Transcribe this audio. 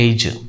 Age